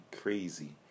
crazy